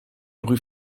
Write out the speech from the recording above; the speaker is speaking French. rue